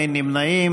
אין נמנעים.